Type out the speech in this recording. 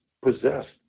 possessed